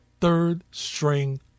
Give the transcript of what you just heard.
third-string